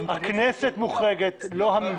הכנסת מוחרגת אבל לא הממשלה.